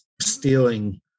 stealing